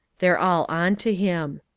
they're all on to him.